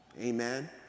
Amen